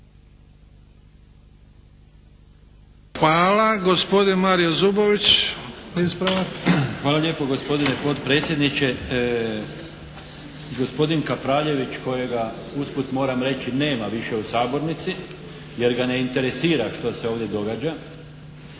**Zubović, Mario (HDZ)** Hvala lijepo gospodine potpredsjedniče. Gospodin Kapraljević kojega usput moram reći nema više u sabornici jer ga ne interesira što se ovdje događa